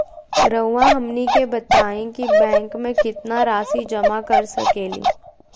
रहुआ हमनी के बताएं कि बैंक में कितना रासि जमा कर सके ली?